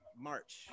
March